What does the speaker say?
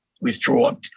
withdraw